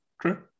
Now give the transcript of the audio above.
True